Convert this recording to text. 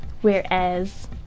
whereas